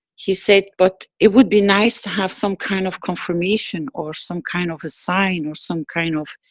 he said, but, it would be nice to have some kind of confirmation, or some kind of a sign, or. some kind of.